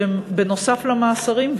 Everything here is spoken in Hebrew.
שהם נוסף על המאסרים,